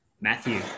Matthew